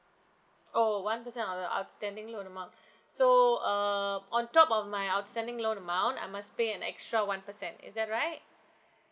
oh one percent of the outstanding loan amount so err on top of my outstanding loan amount I must pay an extra one percent is that right